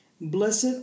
Blessed